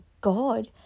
God